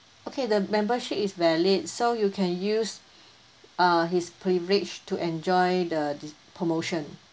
okay the membership is valid so you can use uh his privileged to enjoy the thi~ promotion